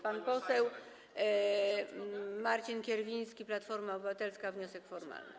Pan poseł Marcin Kierwiński, Platforma Obywatelska, wniosek formalny.